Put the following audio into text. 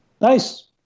Nice